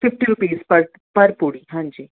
fifty rupees پر پر پوڑی ہاں جی